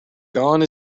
gone